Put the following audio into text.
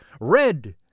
Red